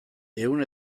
ehun